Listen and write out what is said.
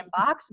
inbox